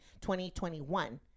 2021